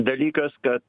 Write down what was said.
dalykas kad